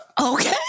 Okay